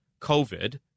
COVID